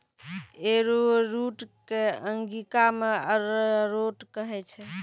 arrowroot कॅ अंगिका मॅ अरारोट कहै छै